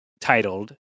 titled